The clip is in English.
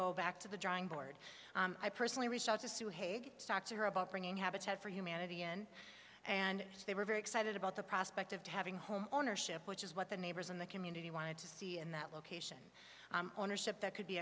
go back to the drawing board i personally reached out to sue haig soxer about bringing habitat for humanity in and they were very excited about the prospect of having home ownership which is what the neighbors in the community wanted to see in that location ownership that could be